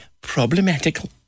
problematical